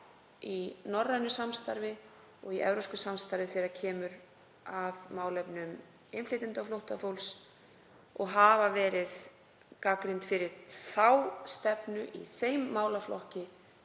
í norrænu og evrópsku samstarfi þegar kemur að málefnum innflytjenda og flóttafólks og hafa verið gagnrýnd fyrir stefnu í þeim málaflokki,